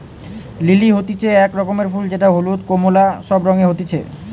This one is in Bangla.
লিলি হতিছে এক রকমের ফুল যেটা হলুদ, কোমলা সব রঙে হতিছে